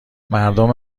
مردم